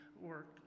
work